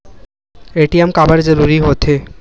ATM काबर जरूरी हो थे?